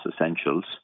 Essentials